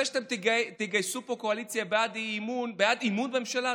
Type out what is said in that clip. זה שאתם תגייסו פה קואליציה בעד אמון בממשלה,